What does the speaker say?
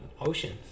oceans